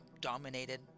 dominated